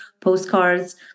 postcards